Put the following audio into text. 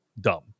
dumb